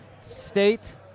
state